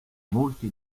molte